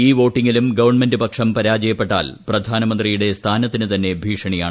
ഈ വോട്ടിംഗിലും ഗവൺമെന്റ് പക്ഷം പരാജയപ്പെട്ടാൽ പ്രധാനമന്ത്രിയുടെ സ്ഥാനത്തിന് തന്നെ ഭീഷണിയാണ്